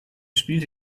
spielte